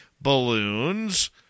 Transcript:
balloons